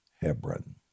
Hebron